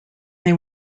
they